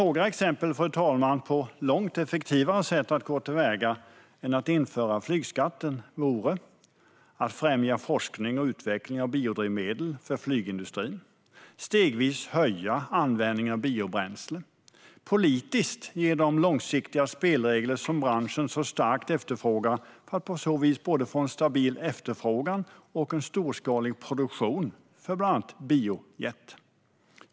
Jag ska ta upp några exempel på långt mer effektiva sätt att gå till väga än att införa flygskatten: att främja forskning och utveckling av biodrivmedel för flygindustrin, att stegvis höja användningen av biobränsle och att politiskt ge de långsiktiga spelregler som branschen så starkt efterfrågar för att på så vis både få en stabil efterfrågan och en storskalig produktion av bland annat biojet.